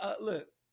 look